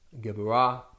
Geburah